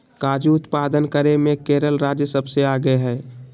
काजू उत्पादन करे मे केरल राज्य सबसे आगे हय